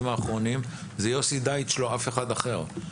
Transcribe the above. האחרונים זה יוסי דייטש ולא אף אחד אחר.